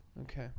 Okay